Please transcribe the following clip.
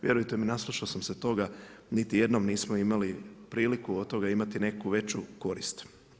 Vjerujte mi, naslušao sam se toga, niti jednom nismo imali priliku od toga imati neku veću korist.